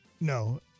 No